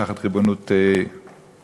תחת ריבונות משותפת,